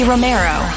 Romero